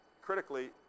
critically